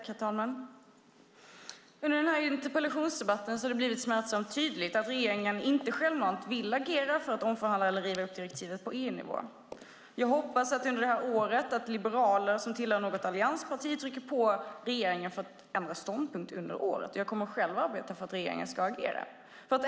Herr talman! Under denna interpellationsdebatt har det blivit smärtsamt tydligt att regeringen inte självmant vill agera för att omförhandla eller riva upp direktivet på EU-nivå. Jag hoppas att liberaler som hör till något alliansparti under året trycker på regeringen för att ändra ståndpunkt. Jag kommer själv att arbeta för att regeringen ska agera.